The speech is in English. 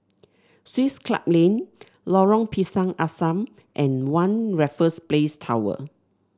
Swiss Club Lane Lorong Pisang Asam and One Raffles Place Tower